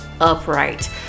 upright